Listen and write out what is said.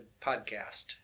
podcast